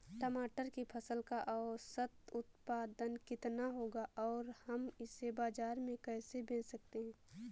टमाटर की फसल का औसत उत्पादन कितना होगा और हम इसे बाजार में कैसे बेच सकते हैं?